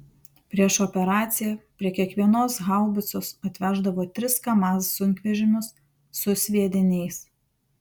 prieš operaciją prie kiekvienos haubicos atveždavo tris kamaz sunkvežimius su sviediniais